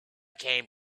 came